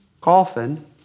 coffin